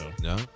no